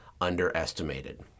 underestimated